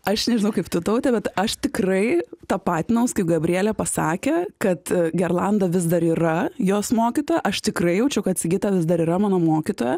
aš nežinau kaip tu taute bet aš tikrai tapatinaus kai gabrielė pasakė kad gerlanda vis dar yra jos mokytoja aš tikrai jaučiu kad sigita vis dar yra mano mokytoja